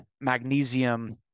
magnesium